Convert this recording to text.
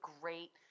great